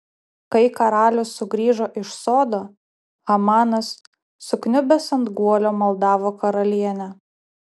kai karalius sugrįžo iš sodo hamanas sukniubęs ant guolio maldavo karalienę